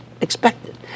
expected